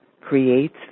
creates